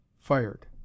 fired